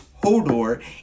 Hodor